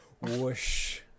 whoosh